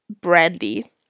brandy